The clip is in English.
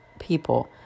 people